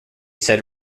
said